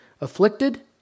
Afflicted